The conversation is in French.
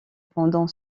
pendant